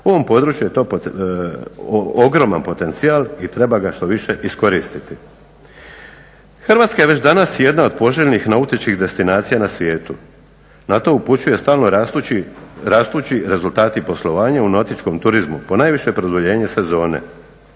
U ovom području je to ogroman potencijal i treba ga štoviše iskoristiti. Hrvatska je već danas jedna od poželjnih nautičkih destinacija na svijetu. Na to upućuje stalno rastući rezultati poslovanja u nautičkom turizmu ponajviše produljenje sezone.